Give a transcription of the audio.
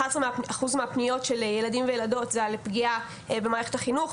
11% מהפניות של ילדים וילדות זה על פגיעה במערכת החינוך,